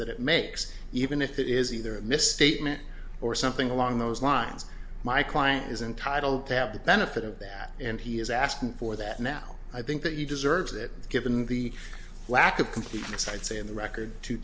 that it makes even if it is either a misstatement or something along those lines my client is entitled to have the benefit of that and he is asking for that now i think that you deserve that given the lack of completeness i'd say in the record to